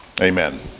Amen